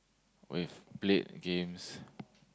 we've played games